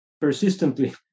persistently